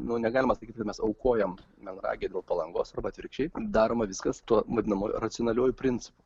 nuo negalima sakyti mes aukojam melragę dėl palangos arba atvirkščiai daroma viskas tuo vadinamoje racionalioje principu